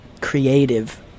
creative